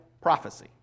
prophecy